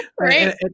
Right